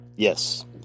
Yes